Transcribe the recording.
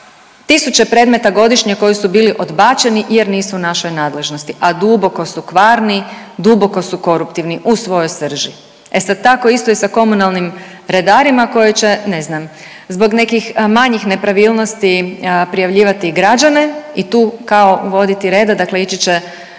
tisuće predmeta godišnje koji su bili odbačeni jer nisu u našoj nadležnosti, a duboko su kvarni, duboko su koruptivni u svojoj srži. E sad tako isto i sa komunalnim redarima koji će ne znam zbog nekih manjih nepravilnosti prijavljivati građane i tu kao uvoditi reda, dakle ići će